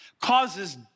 causes